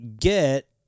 get